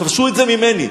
כבשו את זה ממני.